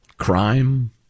Crime